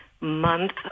month